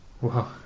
wow